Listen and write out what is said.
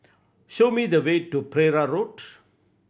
show me the way to Pereira Road